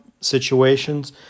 situations